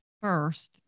first